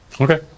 Okay